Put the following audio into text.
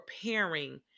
preparing